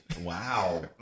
Wow